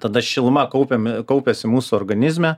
tada šiluma kaupiam kaupiasi mūsų organizme